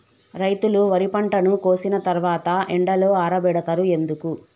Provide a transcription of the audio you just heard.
రైతులు వరి పంటను కోసిన తర్వాత ఎండలో ఆరబెడుతరు ఎందుకు?